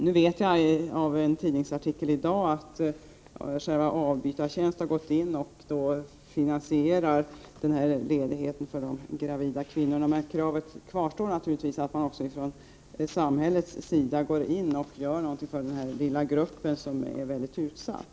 På grund av en tidningsartikel i dag vet jag att Avbytartjänst har gått in och finansierar den ledigheten för de gravida kvinnorna, men kravet kvarstår naturligtvis att man också från samhällets sida skall gå in och göra någonting för denna lilla grupp, som är mycket utsatt.